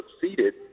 succeeded